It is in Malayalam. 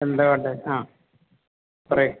എന്താ വേണ്ടത് ആ പറയ്